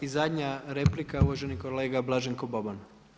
I zadnja replika je uvaženi kolega Blaženko Boban.